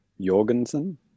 Jorgensen